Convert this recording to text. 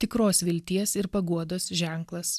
tikros vilties ir paguodos ženklas